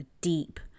deep